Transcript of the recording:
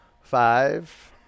Five